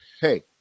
Hey